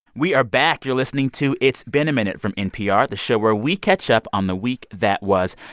we are back. you're listening to it's been a minute from npr, the show where we catch up on the week that was.